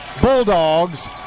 Bulldogs